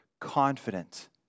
confident